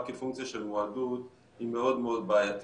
כפונקציה של מועדוּת היא מאוד מאוד בעייתית.